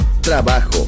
trabajo